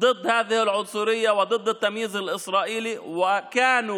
נגד הגזענות הזאת ונגד האפליה הישראלית והיו,